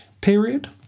period